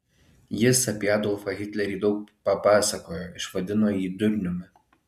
jis apie adolfą hitlerį daug papasakojo išvadino jį durniumi